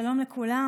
שלום לכולם.